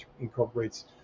incorporates